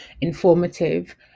informative